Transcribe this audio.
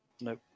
Nope